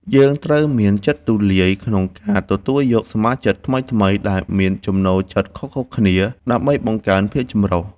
យើងត្រូវមានចិត្តទូលាយក្នុងការទទួលយកសមាជិកថ្មីៗដែលមានចំណូលចិត្តខុសៗគ្នា ដើម្បីបង្កើនភាពចម្រុះ។